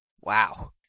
Wow